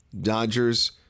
Dodgers